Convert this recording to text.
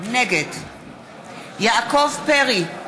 נגד יעקב פרי,